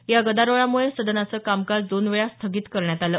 या गदारोळामुळे सदनाचं कामकाज दोनवेळा स्थगित करण्यात आलं